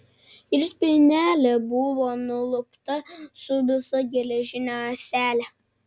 ir spynelė buvo nulupta su visa geležine ąsele